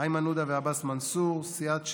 איימן עודה ועבאס מנסור, סיעת ש"ס,